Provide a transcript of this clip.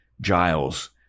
Giles